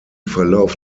verlauf